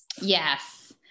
Yes